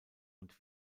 und